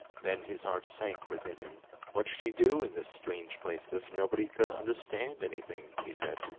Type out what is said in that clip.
then his heart sank within him what should he do in this strange place if nobody could understand anything? he said.